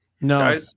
No